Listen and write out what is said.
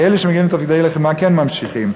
כי אלה שמגיעים לתפקידי לחימה כן ממשיכים.